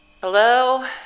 Hello